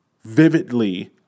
vividly